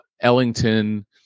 Ellington